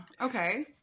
Okay